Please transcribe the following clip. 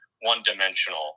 one-dimensional